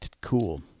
cool